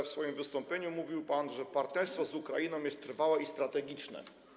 W swoim wystąpieniu mówił pan, że partnerstwo z Ukrainą jest trwałe i strategiczne.